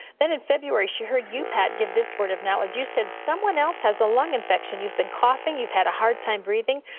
then, february, she heard you, pat, give this word of knowledge. you said, someone else has a lung infection. you've been coughing. you've had a hard time breathing.